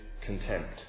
contempt